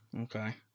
Okay